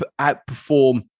outperform